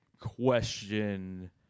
question